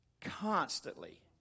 constantly